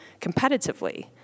competitively